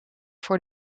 voor